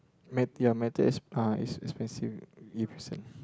met~ ya metal is uh is expensive if sell